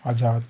Azad